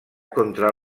contra